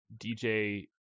DJ